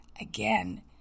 again